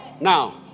Now